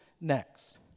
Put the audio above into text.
next